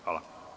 Hvala.